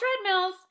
treadmills